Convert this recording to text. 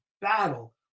battle